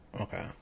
Okay